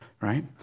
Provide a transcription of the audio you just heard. right